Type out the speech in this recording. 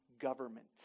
government